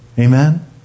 Amen